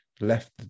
left